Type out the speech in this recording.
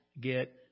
get